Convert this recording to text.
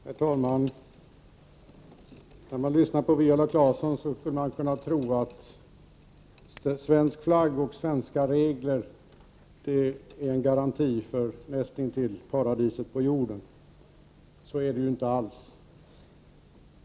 Herr talman! När man lyssnar till Viola Claesson skulle man kunna tro att svensk flagg och svenska regler är en garanti för något som är näst intill paradiset på jorden. Så är det ju inte alls.